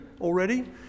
already